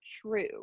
true